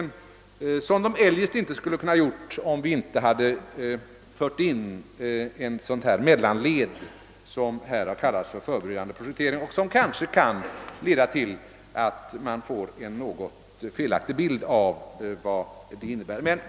Det skulle man inte kunnat göra om vi inte hade fört in det mellanled som här har kallats förberedande projektering; benämningen kan kanske ge en något felaktig bild av vad detta innebär.